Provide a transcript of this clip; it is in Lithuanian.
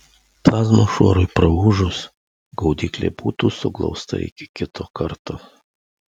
plazmos šuorui praūžus gaudyklė būtų suglausta iki kito karto